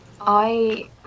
I-